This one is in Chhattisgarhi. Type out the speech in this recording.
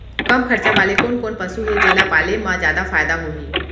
कम खरचा वाले कोन कोन पसु हे जेला पाले म जादा फायदा होही?